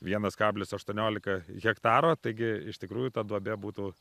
vienas kablis aštuoniolika hektaro taigi iš tikrųjų ta duobė būtų